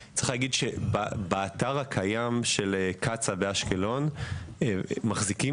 שבאתר הקיים של קצא"א באשקלון מחזיקים